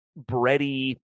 bready